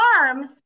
arms